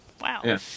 Wow